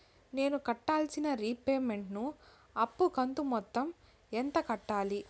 నేను కట్టాల్సిన రీపేమెంట్ ను అప్పు కంతు మొత్తం ఎంత కట్టాలి?